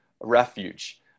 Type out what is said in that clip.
refuge